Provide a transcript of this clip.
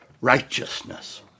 righteousness